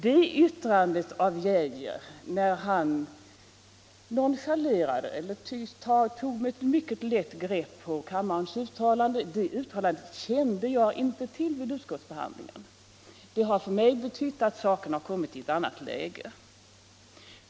Det yttrandet av justitieministern där han tog mycket lätt på riksdagens uttalande kände jag inte till vid utskottsbehandlingen. Och det har för mig betytt att frågar har kommit i ett annat läge.